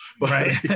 right